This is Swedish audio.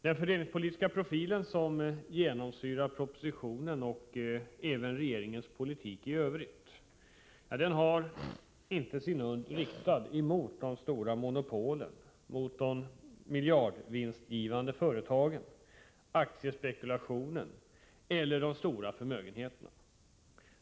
Den fördelningspolitiska profil som präglar propositionen — och även regeringens politik i övrigt — har inte sin udd riktad mot de stora monopolen, de miljardvinstgivande företagen, aktiespekulationen eller de stora förmögenheterna.